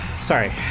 Sorry